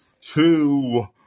two